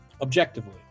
Objectively